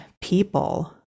people